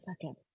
second